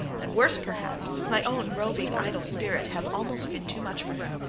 and worst perhaps my own roving, idle spirit have almost been too much for her.